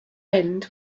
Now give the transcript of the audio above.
end